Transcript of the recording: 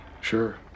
sure